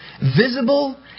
Visible